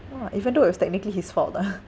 !wah! even though it was technically his fault ah